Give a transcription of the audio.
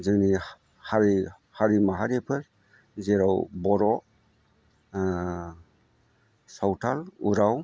जोंनि हारि माहारिफोर जेराव बर' सावथाल उराव